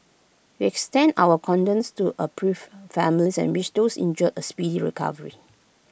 we extend our condolences to A bereaved families and wish those injured A speedy recovery